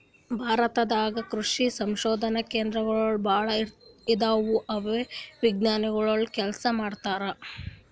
ಭಾರತ ದಾಗ್ ಕೃಷಿ ಸಂಶೋಧನೆ ಕೇಂದ್ರಗೋಳ್ ಭಾಳ್ ಅದಾವ ಅಲ್ಲೇ ವಿಜ್ಞಾನಿಗೊಳ್ ಕೆಲಸ ಮಾಡ್ತಾರ್